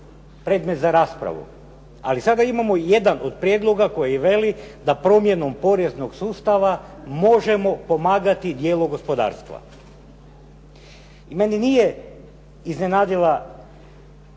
predmet za raspravu. Ali sada imamo jedan od prijedloga koji veli da promjenom poreznog sustava možemo pomagati dijelu gospodarstva. Mene nije iznenadila